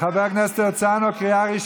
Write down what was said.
חבר הכנסת הרצנו, לא להפריע.